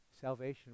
salvation